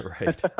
Right